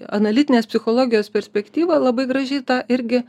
analitinės psichologijos perspektyva labai gražiai tą irgi